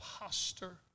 imposter